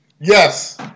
Yes